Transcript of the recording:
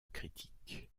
critiques